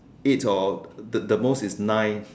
eight or the the most is nine